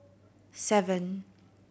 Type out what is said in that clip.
seven